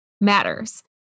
matters